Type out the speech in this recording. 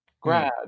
grad